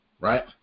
right